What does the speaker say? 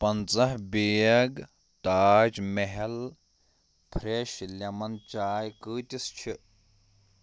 پَنٛژاہ بیگ تاج محل فرٛٮ۪ش لٮ۪من چاے قۭتِس چھِ